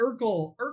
Urkel